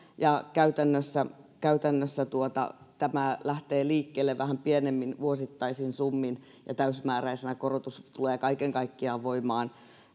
käytännössä käytännössä tämä lähtee liikkeelle vähän pienemmin vuosittaisin summin ja täysimääräisenä korotus tulee kaiken kaikkiaan voimaan